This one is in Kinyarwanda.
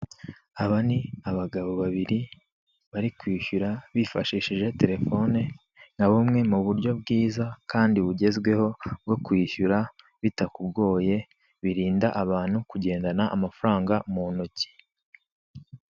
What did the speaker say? Aba ni abagabo babiri bari kwishyura bifashishije telefone, nka bumwe mu buryo bwiza kandi bugezweho bwo kwishyura bitakugoye; birinda abantu kugendana amafaranga muntoki.